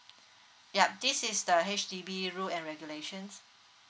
yup this is the H_D_B rule and regulations